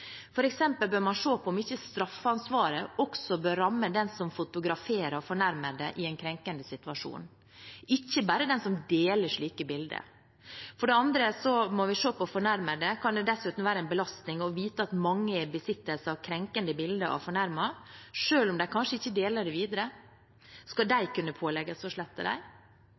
bør man se på om ikke straffeansvaret også bør ramme den som fotograferer fornærmede i en krenkende situasjon, ikke bare den som deler slike bilder. For det andre må vi se på fornærmede. Kan det være en belastning å vite at mange er i besittelse av krenkende bilder av fornærmede, selv om de kanskje ikke deler det videre? Skal de kunne pålegges å slette